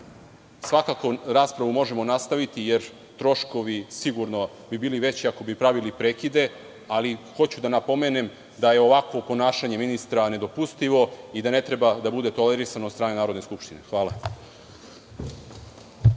Svakako raspravu možemo nastaviti jer bi troškovi sigurno bili veći ako bi pravili prekide, ali hoću da napomenem da je ovakvo ponašanje ministra nedopustivo i da ne treba da bude tolerisano od strane Narodne skupštine. Hvala.